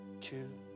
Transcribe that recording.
two